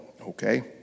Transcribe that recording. okay